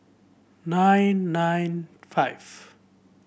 nine nine five